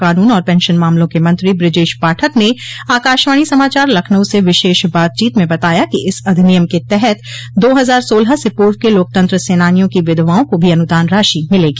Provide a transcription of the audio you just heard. कानून और पेंशन मामलों के मंत्री बृजेश पाठक ने आकाशवाणी समाचार लखनऊ से विशेष बातचीत में बताया कि इस अधिनियम के तहत दो हजार सोलह से पूर्व के लोकतंत्र सेनानियों की विधवाओं को भी अनुदान राशि मिलेगी